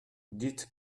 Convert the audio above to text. dites